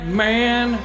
man